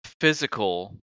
physical